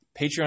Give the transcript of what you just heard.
Patreon